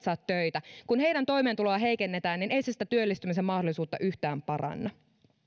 saa töitä kun heidän toimeentuloaan heikennetään ei se sitä työllistymisen mahdollisuutta yhtään paranna